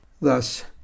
thus